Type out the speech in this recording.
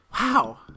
Wow